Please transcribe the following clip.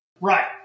Right